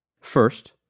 First